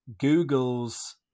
Google's